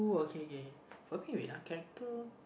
okay okay okay wait ah character